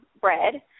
bread